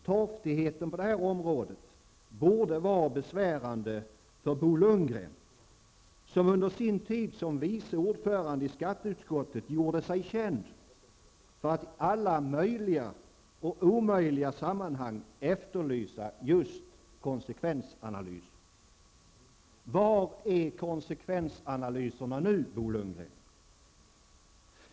Torftigheten på det här området borde vara besvärande för Bo Lundgren som under sin tid som vice ordförande i skatteutskottet gjorde sig känd för att i alla möjliga och omöjliga sammanhang efterlysa just konsekvensanalyser. Var är konsekvensanalyserna nu, Bo Lundgren?